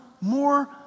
more